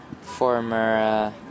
former